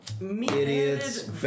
idiots